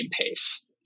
pace